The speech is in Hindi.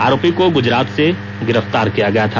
आरोपी को गुजरात से गिरफ्तार किया गया था